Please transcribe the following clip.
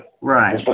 right